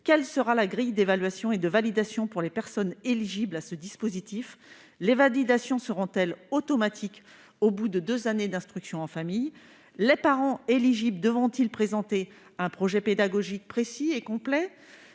Quelle sera la grille d'évaluation et de validation applicable aux personnes éligibles à ce dispositif ? Les validations seront-elles automatiques au bout de deux années d'instruction en famille ? Les parents éligibles devront-ils présenter un projet pédagogique précis et complet ?